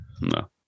No